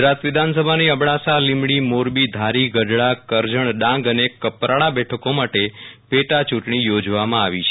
ગુજરાત વિધાસભાની અબડાસા લિમડીમોરબી ધારી ગઢડા કરજણ ડાંગ અને કપરાડા બેઠકો માટે પેટાચૂંટણી ચોજવામાં આવી છે